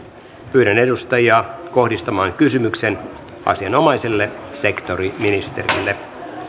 pyydän edustajia kohdistamaan kysymyksen asianomaiselle sektoriministerille